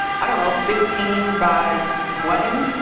i don't know, fifteen by twenty.